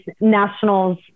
Nationals